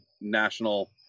national